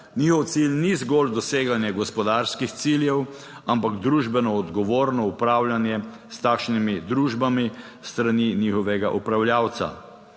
njihov cilj ni zgolj doseganje gospodarskih ciljev, ampak družbeno odgovorno upravljanje s takšnimi družbami s strani njihovega upravljavca.